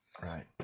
Right